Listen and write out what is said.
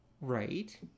Right